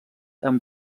amb